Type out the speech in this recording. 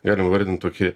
galim vardint tokį